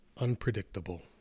unpredictable